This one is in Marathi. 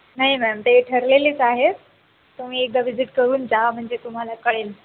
नाही मॅम ते ठरलेलेच आहे तुम्ही एकदा व्हिजिट करून जा म्हणजे तुम्हाला कळेल